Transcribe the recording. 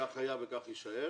כך היה וכך יישאר.